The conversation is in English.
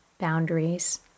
boundaries